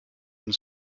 and